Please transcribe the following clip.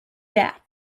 that